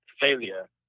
failure